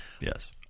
Yes